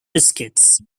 biscuits